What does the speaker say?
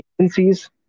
agencies